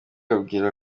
abwirwa